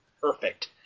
Perfect